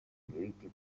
diritti